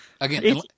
again